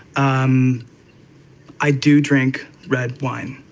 um i do drink red wine,